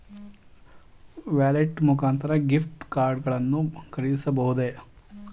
Wallet ಮುಖಾಂತರ gift card ಗಳನ್ನು ಖರೀದಿಸಬಹುದೇ?